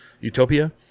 utopia